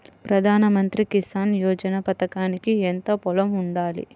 ప్రధాన మంత్రి కిసాన్ యోజన పథకానికి ఎంత పొలం ఉండాలి?